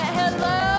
hello